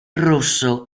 rosso